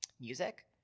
music